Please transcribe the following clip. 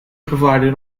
provided